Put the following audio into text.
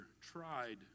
tried